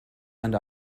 and